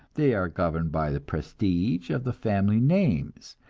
they are governed by the prestige of the family names,